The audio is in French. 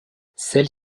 celle